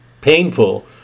painful